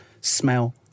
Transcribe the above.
smell